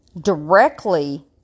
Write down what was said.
directly